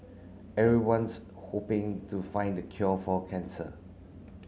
everyone's hoping to find the cure for cancer